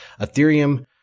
ethereum